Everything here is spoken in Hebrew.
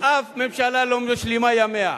אף ממשלה לא משלימה ימיה,